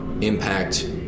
impact